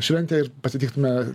šventę ir pasitiktume